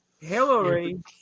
Hillary